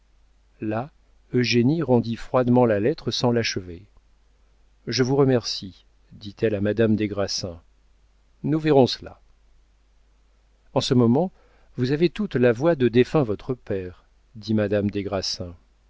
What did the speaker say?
là eugénie rendit froidement la lettre sans l'achever je vous remercie dit-elle à madame des grassins nous verrons cela en ce moment vous avez toute la voix de défunt votre père dit madame des grassins